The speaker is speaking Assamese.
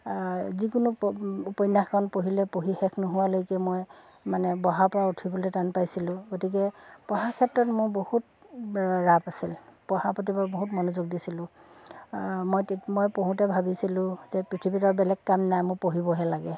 যিকোনো উপন্যাসখ এখন পঢ়িলে পঢ়ি শেষ নোহোৱালৈকে মই মানে বঢ়াৰ পৰা উঠিবলৈ টান পাইছিলোঁ গতিকে পঢ়াৰ ক্ষেত্ৰত মোৰ বহুত ৰাপ আছিল পঢ়াৰ প্ৰতি মই বহুত মনোযোগ দিছিলোঁ মই তেতিয়া মই পঢ়োঁতে ভাবিছিলোঁ যে পৃথিৱীত আৰু বেলেগ কাম নাই মোৰ পঢ়িবহে লাগে